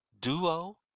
Duo